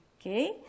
Okay